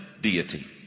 deity